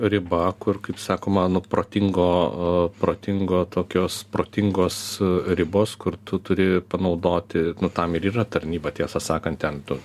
riba kur kaip sako mano protingo protingo tokios protingos ribos kur tu turi panaudoti tam ir yra tarnyba tiesą sakant ten tu